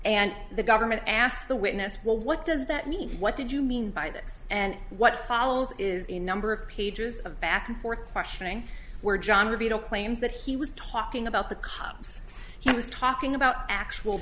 and the government asked the witness well what does that mean what did you mean by this and what follows is a number of pages of back and forth questioning where john vito claims that he was talking about the cops he was talking about actual